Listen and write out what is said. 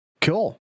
Cool